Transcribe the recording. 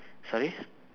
sorry